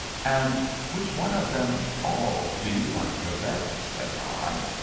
and which one of them all do you like the best? said i.